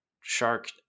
shark